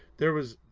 there was.